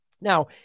Now